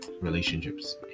relationships